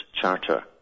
charter